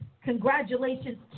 Congratulations